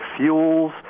fuels